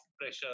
pressure